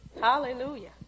hallelujah